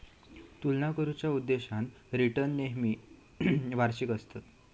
तुलना करुच्या उद्देशान रिटर्न्स नेहमी वार्षिक आसतत